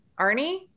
Arnie